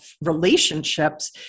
relationships